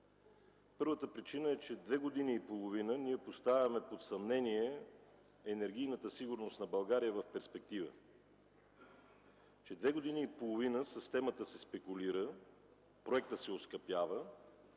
Първата причина е, че две години и половина ние поставяме под съмнение енергийната сигурност на България в перспектива, че две години и половина с темата се спекулира, проектът се оскъпява.